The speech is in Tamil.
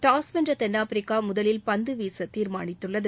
டாஸ் வென்ற தென்னாப்பிரிக்கா முதலில் பந்து வீச தீர்மானித்துள்ளது